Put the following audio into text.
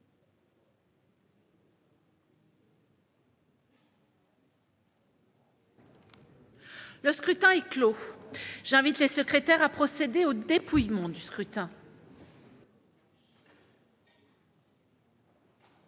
Le scrutin est clos. J'invite Mmes et MM. les secrétaires à procéder au dépouillement du scrutin.